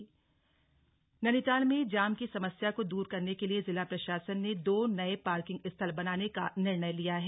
parking स्थल नैनीताल में जाम की समस्या को दूर करने के लिए जिला प्रशासन ने दो नये पार्किंग स्थल बनाने का निर्णय लिया है